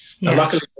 Luckily